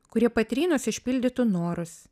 kurie patrynus išpildytų norus